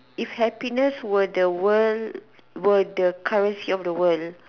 if happiness were the world were the currency of the world